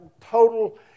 total